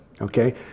Okay